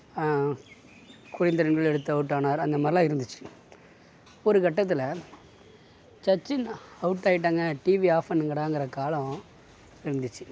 குறைந்த ரன்கலை எடுத்து அவுட் ஆனார் அந்த மாதிரிலாம் இருந்துச்சு ஒரு கட்டத்தில் சச்சின் அவுட் ஆயிட்டாங்க டிவியை ஆஃப் பண்ணுங்கடாங்குற காலம் இருந்துச்சு